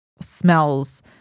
smells